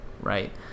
right